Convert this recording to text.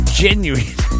genuine